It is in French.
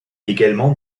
également